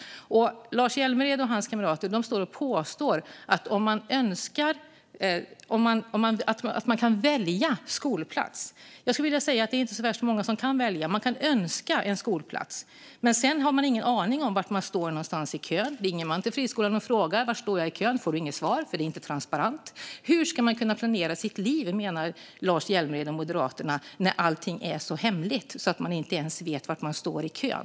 Lars Hjälmered och hans kamrater påstår att man kan välja skolplats. Jag skulle vilja säga att det inte är så värst många som kan välja. Man kan önska en skolplats, men sedan har man ingen aning om var någonstans i kön man står. Ringer man till friskolan och frågar var man står i kön får man inget svar - det är inte transparent. Hur ska man kunna planera sitt liv, menar Lars Hjälmered och Moderaterna, när allting är så hemligt att man inte ens vet var man står i kön?